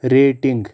rating